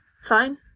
Fine